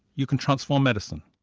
you can transform medicine.